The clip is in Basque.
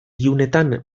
ilunetan